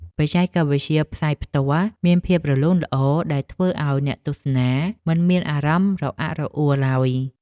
បច្ចេកវិទ្យាផ្សាយផ្ទាល់មានភាពរលូនល្អដែលធ្វើឱ្យអ្នកទស្សនាមិនមានអារម្មណ៍រអាក់រអួលឡើយ។